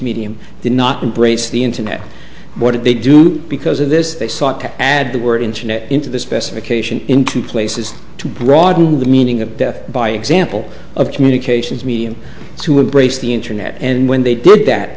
embrace the internet what did they do because of this they sought to add the word internet into the specification into places to broaden the meaning of death by example of communications medium to embrace the internet and when they did that